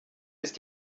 ist